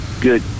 good